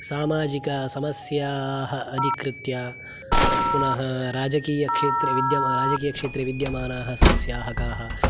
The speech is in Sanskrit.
सामाजिकसमस्याः अधिकृत्य पुनः राजकीयक्षेत्रे विद्यमा राजकीयक्षेत्रे विद्यमानाः समस्याः काः